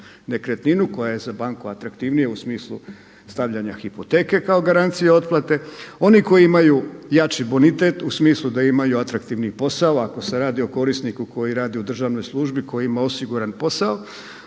nekretninu, koja je za banku atraktivnija u smislu stavljanja hipoteke kao garancija otplate. Oni koji imaju jači bonitet u smislu da imaju atraktivni posao ako se radi o korisniku koji radi u državnoj službi, koji ima osiguran posao.